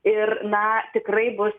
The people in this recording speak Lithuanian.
ir na tikrai bus